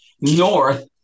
north